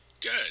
Good